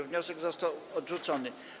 Wniosek został odrzucony.